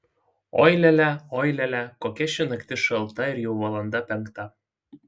oi lia lia oi lia lia kokia ši naktis šalta ir jau valanda penkta